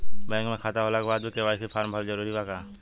Bank में खाता होला के बाद भी के.वाइ.सी फार्म भरल जरूरी बा का?